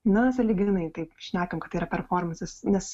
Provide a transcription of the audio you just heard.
na sąlyginai taip šnekam kad tai yra performansas nes